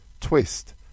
Twist